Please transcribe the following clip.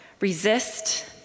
resist